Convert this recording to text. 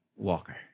walker